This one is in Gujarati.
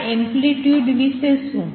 આ એમ્પ્લિટ્યુડ વિશે શું